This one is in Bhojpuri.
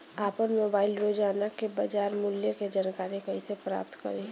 आपन मोबाइल रोजना के बाजार मुल्य के जानकारी कइसे प्राप्त करी?